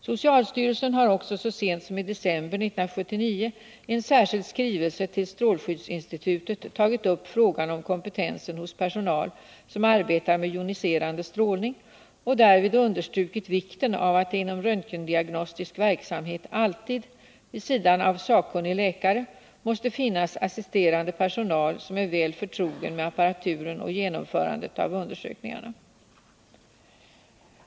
Socialstyrelsen har också så sent som i december 1979 i en särskild skrivelse till strålskyddsinstitutet tagit upp frågan om kompetensen hos personal som arbetar med joniserande strålning och därvid understrukit vikten av att det inom röntgendiagnostisk verksamhet alltid — vid sidan av sakkunnig läkare — måste finnas assisterande personal som är väl förtrogen med apparaturen och genomförandet av undersökningarna.